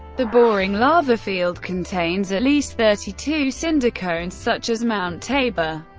the boring lava field contains at least thirty two cinder cones such as mount tabor,